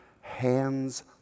hands